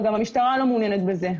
וגם המשטרה לא מעוניינת בזה.